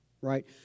right